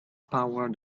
power